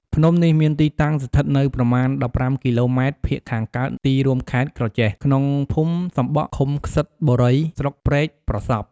ភ្នំនេះមានទីតាំងស្ថិតនៅប្រមាណ ១៥ គីឡូម៉ែត្រភាគខាងកើតទីរួមខេត្តក្រចេះ ក្នុងភូមិសំបក់ ឃុំក្សិត្របុរី ស្រុកព្រែកប្រសព្វ ។